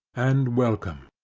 and welcome.